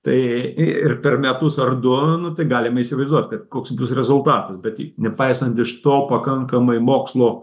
tai i ir per metus ar du nu tai galim įsivaizduot kad koks bus rezultatas bet nepaisant iš to pakankamai mokslo